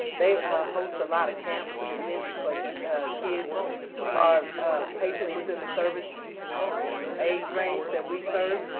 they host a lot of camps and events like kids or patients within the service age range that we serve.